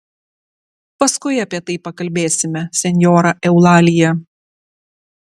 paskui apie tai pakalbėsime senjora eulalija